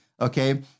Okay